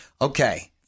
Okay